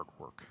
artwork